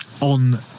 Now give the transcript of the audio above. on